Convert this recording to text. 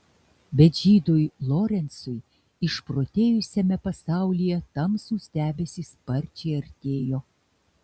bet žydui lorencui išprotėjusiame pasaulyje tamsūs debesys sparčiai artėjo